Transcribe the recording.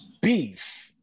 beef